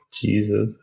Jesus